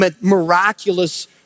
miraculous